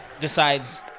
decides